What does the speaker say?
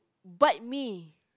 bite me